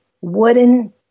wooden